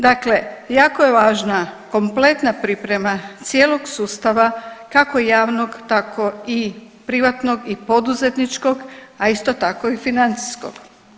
Dakle, jako je važna kompletna priprema cijelog sustava kako javnog tako i privatnog i poduzetničkog, a isto tako i financijskog.